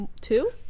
two